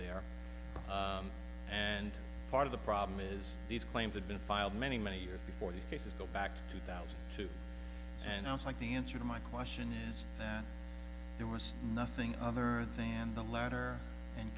there and part of the problem is these claims had been filed many many years before these cases go back two thousand two and i was like the answer to my question is that there was nothing on earth and the lerner and